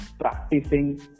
practicing